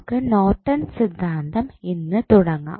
നമുക്ക് നോർട്ടൺ സിദ്ധാന്തം ഇന്ന് തുടങ്ങാം